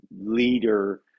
leader